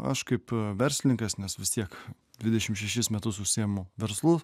aš kaip verslininkas nes vis tiek dvidešim šešis metus užsiimu verslu